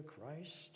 Christ